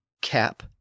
cap